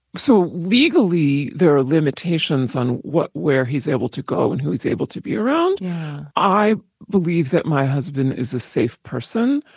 so legally there are limitations on where he's able to go and who's able to be around i believe that my husband is a safe person,